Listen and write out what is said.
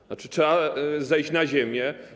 To znaczy: trzeba zejść na ziemię.